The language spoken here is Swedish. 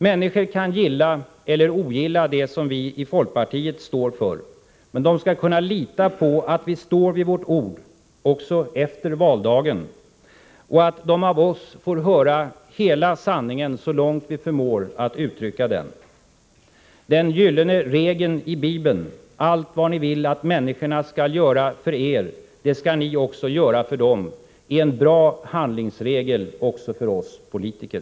Människor kan gilla eller ogilla det som vi i folkpartiet står för, men de skall kunna lita på att vi står vid vårt ord också efter valdagen och att de av oss får höra hela sanningen så långt vi förmår att uttrycka den. Den gyllene regeln i Bibeln säger: Allt vad ni vill att människorna skall göra för er, det skall ni också göra för dem. Det är en bra handlingsregel också för oss politiker.